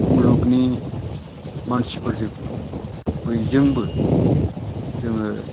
मुलुगनि मानसिफोरजों बैजोंबो जोङो